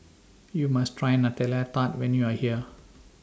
YOU must Try Nutella Tart when YOU Are here